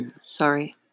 sorry